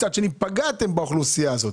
מצד שני פגעתם באוכלוסייה הזאת.